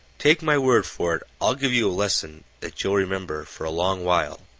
take my word for it, i'll give you a lesson that you'll remember for a long while.